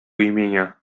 imienia